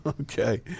okay